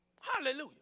Hallelujah